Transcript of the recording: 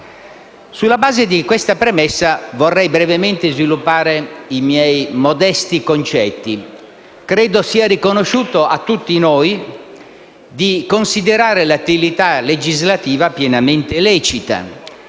Sulla base di questa premessa vorrei brevemente sviluppare i miei modesti concetti. Credo che tutti noi riconosciamo l'attività legislativa pienamente lecita